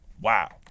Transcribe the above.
wow